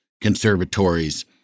conservatories